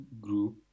group